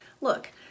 Look